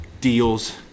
deals